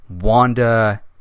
Wanda